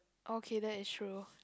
okay that is true